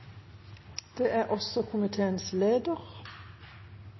Det er også